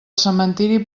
cementeri